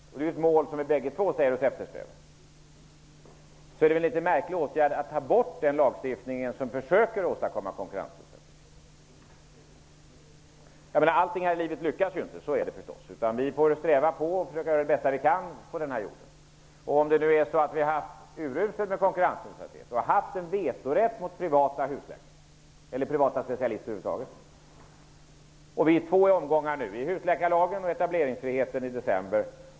Eftersom det är ett mål som vi båda säger oss eftersträva är det ju en litet märklig åtgärd att ta bort den lagstiftning som försöker åstadkomma konkurrensneutralitet. Allting här i livet lyckas ju inte, men vi får sträva vidare och försöka göra det bästa vi kan på denna jord. Vi har nu haft en urusel konkurrensneutralitet och en vetorätt mot privata husläkare eller privata specialister över huvud taget. I två omgångar har vi ökat konkurrensneutraliteten mycket kraftigt -- husläkarlagen nu och etableringsfriheten i december.